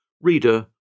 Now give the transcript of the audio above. READER